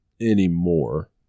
anymore